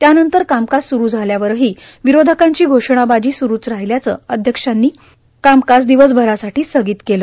त्यानंतर कामकाज स्रु झाल्यावरही विरोधकांची घोषणाबाजी स्रुच राहील्यानं अध्यक्षांनी कामकाज दिवसभरासाठी स्थगित केलं